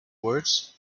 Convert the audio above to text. words